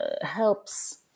helps